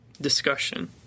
Discussion